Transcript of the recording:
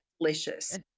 delicious